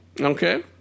Okay